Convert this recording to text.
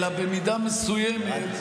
אלא במידה מסוימת,